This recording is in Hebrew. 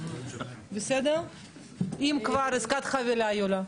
אם כבר עסקת חבילה, יוליה.